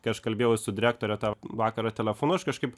kai aš kalbėjau su direktore tą vakarą telefonu aš kažkaip